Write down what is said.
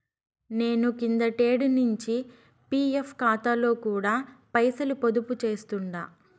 నేను కిందటేడు నించి పీఎఫ్ కాతాలో కూడా పైసలు పొదుపు చేస్తుండా